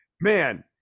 man